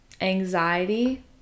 anxiety